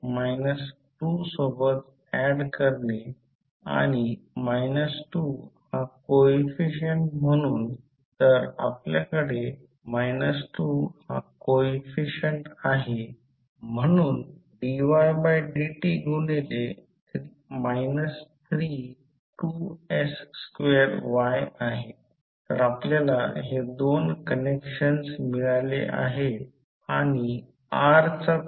तर एकतर K ∅12 ∅1 किंवा K ∅21 ∅2 लिहू शकतो हे देखील कपलिंग कोईफिशंट आहे हे आपण आधी पाहिलेल्या स्लाइडच्या आकृतीमध्ये माहित असले पाहिजे ∅1 ∅11 ∅12 याचा अर्थ K ∅12 ∅1 किंवा उलट किंवा त्याच फीलोसॉफी लावू शकतो किंवा ∅1max ∅12 max K लावू शकतो येथून या समीकरणातून ∅1 ∅12 K शकतो किंवा ∅1max ∅12 max K लिहू शकतो त्याच गोष्टीला 0